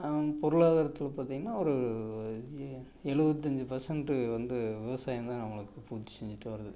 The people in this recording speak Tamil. பொருளாதாரத்தில் பார்த்திங்கன்னா ஒரு எ எழுவத்தஞ்சி பர்சண்ட் வந்து விவசாயம்தான் நம்மளுக்கு பூர்த்தி செஞ்சிகிட்டு வருது